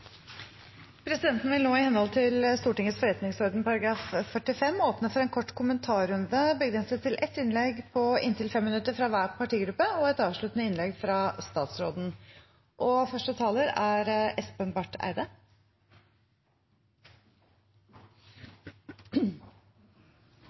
Presidenten vil nå, i henhold til Stortingets forretningsorden § 45, åpne for en kort kommentarrunde, begrenset til ett innlegg på inntil 5 minutter fra hver partigruppe og et avsluttende innlegg fra statsråden.